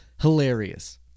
Hilarious